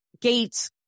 gates